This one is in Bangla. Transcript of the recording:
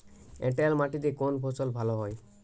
এঁটেল মাটিতে কোন ফসল ভালো হয়?